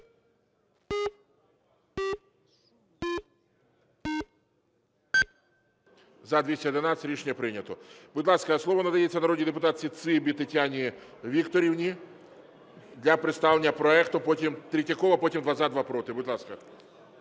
За-211 Рішення прийнято. Будь ласка, слово надається народній депутатці Цибі Тетяні Вікторівні для представлення проекту. Потім Третьякова, потім два – за, два – проти. Будь ласка.